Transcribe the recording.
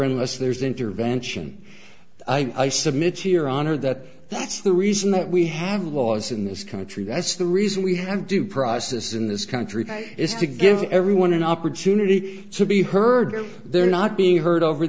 unless there's intervention i submit your honor that that's the reason that we have laws in this country that's the reason we have due process in this country is to give everyone an opportunity to be heard they're not being heard over